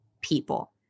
people